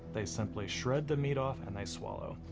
they simply shred the meat off and they swallow.